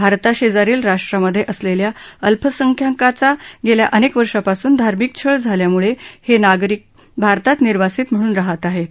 भारताशसारील राष्ट्रांमध्य असलास्या अल्पसंख्याकाचा गह्या अनक्व वर्षांपासून धार्मिक छळ झाल्याम्ळा हा नागरिक भारतात निर्वासित म्हणून रहात आहम्र